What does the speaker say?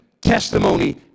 testimony